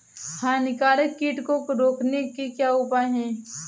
हानिकारक कीट को रोकने के क्या उपाय हैं?